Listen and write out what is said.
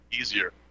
easier